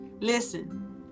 Listen